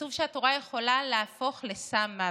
כתוב שהתורה יכולה להפוך לסם מוות.